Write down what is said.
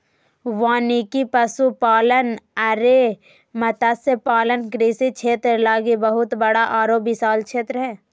वानिकी, पशुपालन अरो मत्स्य पालन कृषि क्षेत्र लागी बहुत बड़ा आरो विशाल क्षेत्र हइ